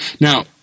now